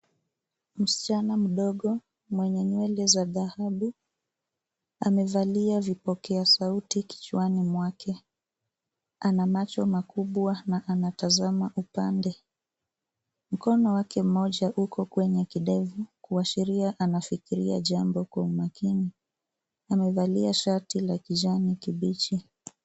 Msichana mdogo mwenye nywele za dhahabu, amevalia vipokea sauti kichwani mwake. Ana macho makubwa na anatazama upande. Mkono wake mmoja uko kwenye kidevu kuashiria anafikiria jambo kwa umakini. Amevalia shati la kijani kibichi.